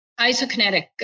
isokinetic